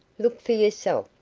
look for yourself,